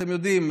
אתם יודעים,